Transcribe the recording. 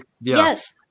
Yes